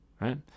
right